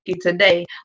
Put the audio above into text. today